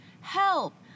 Help